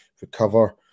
recover